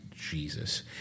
Jesus